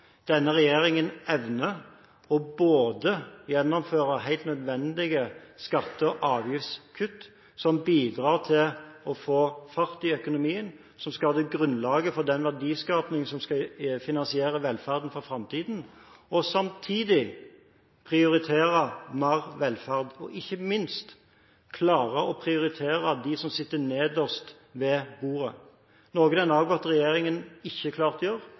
Denne regjeringen evner både å gjennomføre helt nødvendige skatte- og avgiftskutt – som bidrar til å få fart i økonomien, som skaper grunnlaget for den verdiskapingen som skal finansiere velferden for framtiden – og samtidig prioritere mer velferd og ikke minst klare å prioritere dem som sitter nederst ved bordet, noe den avgåtte regjeringen ikke klarte – nemlig å